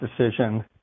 decision